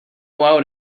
out